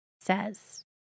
says